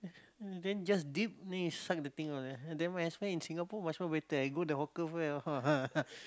then just dip then you suck the thing all then when I might as well in Singapore might as well better I go the hawker food there